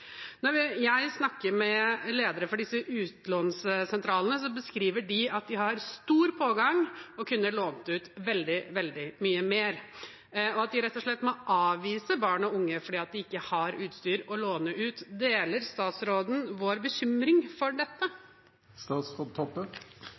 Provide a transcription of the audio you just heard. Når jeg snakker med ledere for disse utlånssentralene, beskriver de at de har stor pågang og kunne lånt ut veldig mye mer, og at de rett og slett må avvise barn og unge fordi de ikke har utstyr å låne ut. Deler statsråden vår bekymring for dette?